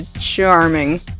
charming